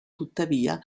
tuttavia